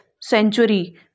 century